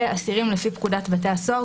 אסירים לפי פקודת בתי הסוהר,